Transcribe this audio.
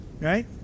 Right